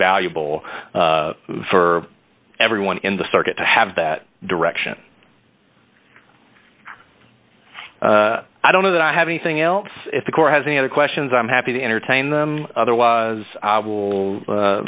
valuable for everyone in the circuit to have that direction i don't know that i have anything else if the court has any other questions i'm happy to entertain them otherwise